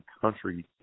country